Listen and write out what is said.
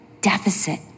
deficit